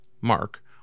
Mark